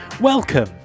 Welcome